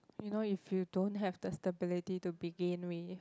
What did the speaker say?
you know if you don't have the stability to begin with